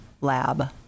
Lab